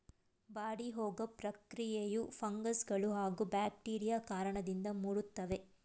ಬಾಡಿಹೋಗೊ ಪ್ರಕ್ರಿಯೆಯು ಫಂಗಸ್ಗಳೂ ಹಾಗೂ ಬ್ಯಾಕ್ಟೀರಿಯಾ ಕಾರಣದಿಂದ ಮುದುಡ್ತವೆ